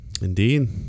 Indeed